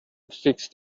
fixed